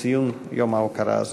לציון יום ההוקרה הזה.